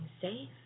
safe